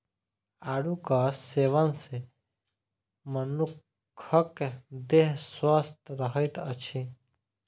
आड़ूक सेवन सॅ मनुखक देह स्वस्थ रहैत अछि